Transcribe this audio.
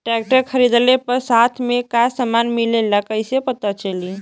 Tractor खरीदले पर साथ में का समान मिलेला कईसे पता चली?